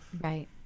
right